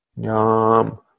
yum